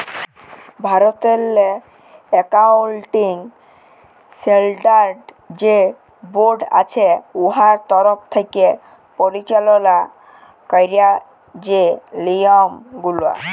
ভারতেরলে accounting standard যে board আছে উয়ার তরফ থ্যাকে পরিচাললা ক্যারে যে লিয়মগুলা